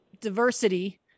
diversity